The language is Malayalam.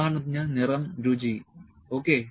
ഉദാഹരണത്തിന് നിറം രുചി ഓക്കേ